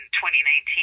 2019